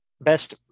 best